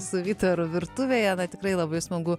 su vytaru virtuvėje na tikrai labai smagu